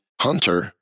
Hunter